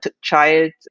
child